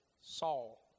Saul